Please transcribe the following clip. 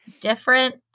different